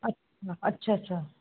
ਅੱਛਾ ਅੱਛਾ ਅੱਛਾ